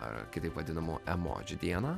ar kitaip vadinamų emodžių dieną